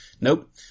Nope